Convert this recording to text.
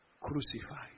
Crucified